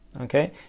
okay